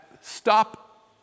stop